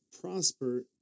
prosper